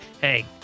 hey